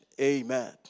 Amen